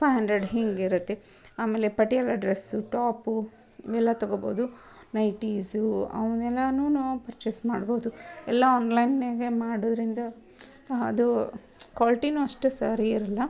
five hundred ಹೀಗಿರತ್ತೆ ಆಮೇಲೆ Patiala dress top ಎಲ್ಲ ತಗೊಬೋದು ನೈಟೀಸು ಅವನ್ನೆಲ್ಲನೂ ನಾವು ಪರ್ಚೇಸ್ ಮಾಡ್ಬೋದು ಎಲ್ಲ ಆನ್ಲೈನ್ನ್ಯಾಗೆ ಮಾಡೋದ್ರಿಂದ ಅದು ಕ್ವಾಲ್ಟೀಯೂ ಅಷ್ಟು ಸರಿ ಇರಲ್ಲ